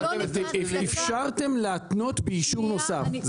שלא ניתן --- אפשרתם להתנות באישור נוסף.